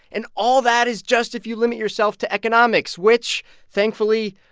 and all that is just if you limit yourself to economics, which thankfully,